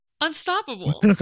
Unstoppable